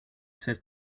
ser